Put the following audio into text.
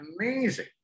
amazing